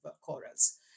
corals